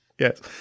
Yes